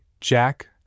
Jack